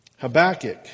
Habakkuk